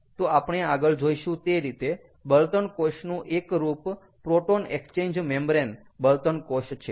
તો આપણે આગળ જોઈશું તે રીતે બળતણ કોષનું એક રૂપ પ્રોટોન એકચેન્જ મેમ્બ્રેન બળતણ કોષ છે